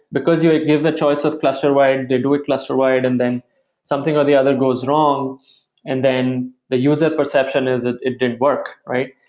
because you ah have the choice of cluster-wide, they do it cluster-wide and then something or the other goes wrong and then the user perception is, it it did work, right?